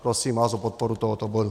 Prosím vás o podporu tohoto bodu.